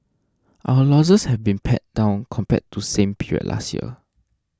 our losses have been pared down compared to same period last year